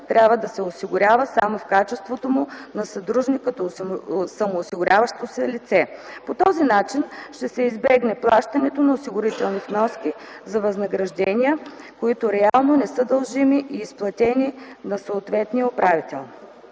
трябва да се осигурява само в качеството му на съдружник като самоосигуряващо се лице. По този начин ще се избегне плащането на осигурителни вноски за възнаграждения, които реално не са дължими и изплатени на съответния управител.